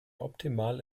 optimal